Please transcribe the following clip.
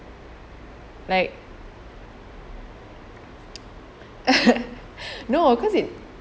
like no of course is